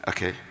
Okay